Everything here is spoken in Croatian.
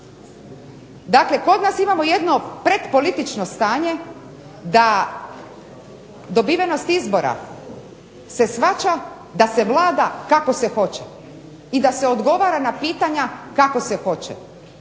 Dakle kod nas imamo jedno pretpolitično stanje da dobivenost izbora se shvaća da se vlada kako se hoće i da se odgovara na pitanja kako se hoće.